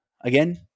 Again